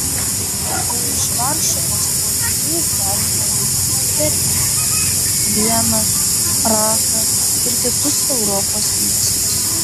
o iš varšuvos traukiniais galima vykti į berlyną vieną prahą ir kitus europos miestus